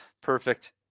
Perfect